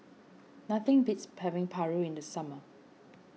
nothing beats paving Paru in the summer